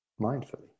mindfully